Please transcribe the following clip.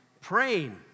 praying